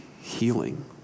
healing